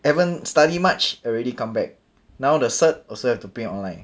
haven't study much already come back now the cert also have to print online